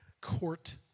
court